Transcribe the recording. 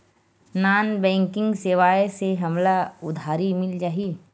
Non banking सेवाएं से हमला उधारी मिल जाहि?